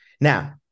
Now